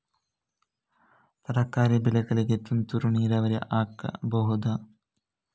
ತರಕಾರಿ ಬೆಳೆಗಳಿಗೆ ತುಂತುರು ನೀರಾವರಿ ಆಗಬಹುದಾ?